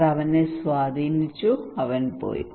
അങ്ങനെ അവനെ സ്വാധീനിച്ചു അവൻ പോയി